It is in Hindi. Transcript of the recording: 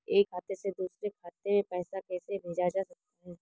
एक खाते से दूसरे खाते में पैसा कैसे भेजा जा सकता है?